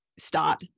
start